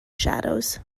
shadows